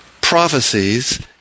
prophecies